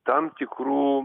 tam tikrų